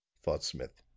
thought smith,